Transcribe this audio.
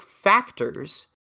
factors